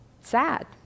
sad